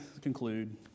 conclude